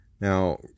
Now